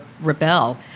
rebel